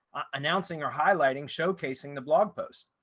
announcing are highlighting showcasing the blog post.